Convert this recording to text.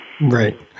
Right